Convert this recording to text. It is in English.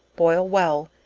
boil well,